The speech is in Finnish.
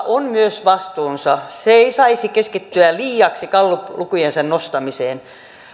on myös vastuunsa se ei saisi keskittyä liiaksi galluplukujensa nostamiseen